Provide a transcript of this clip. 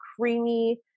creamy